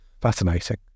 fascinating